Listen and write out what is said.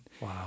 Wow